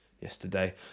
yesterday